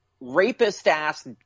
rapist-ass